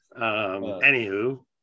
Anywho